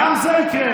גם זה יקרה,